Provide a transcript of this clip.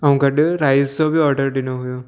ऐं गॾु राइस जो बि ऑडर ॾिनो हुओ